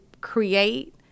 create